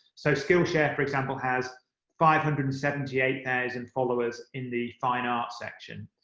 so skill share, for example, has five hundred and seventy eight thousand followers in the fine arts section.